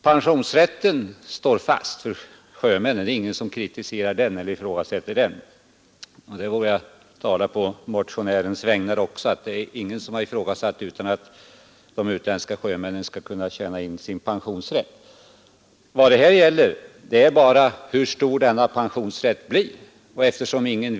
Pensionsrätten för sjömän står fast. Det är ingen som ifrågasätter den. Där vågar jag tala även på motionärens vägnar. Ingen har ifrågasatt att de utländska sjömännen skall kunna tjäna in sin pensionsrätt. Vad det här gäller är hur stor den pensionen blir. Det vet ingen.